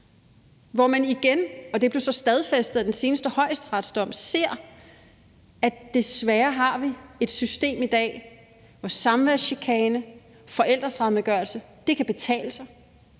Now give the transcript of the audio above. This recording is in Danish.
ser man igen, og det blev så stadfæstet af den seneste højesteretsdom, at vi desværre har et system i dag, hvor samværschikane og forældrefremmedgørelse kan betale sig.